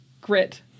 grit